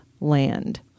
land